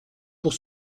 pour